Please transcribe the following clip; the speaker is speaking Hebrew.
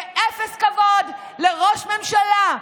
ואפס כבוד לראש ממשלה,